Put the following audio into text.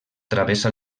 travessa